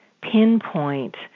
pinpoint